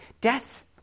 Death